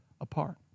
apart